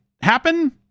happen